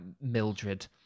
Mildred